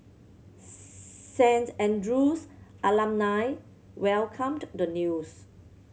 Saint Andrew's alumni welcomed the news